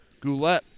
Goulette